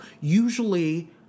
usually